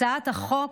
הצעת החוק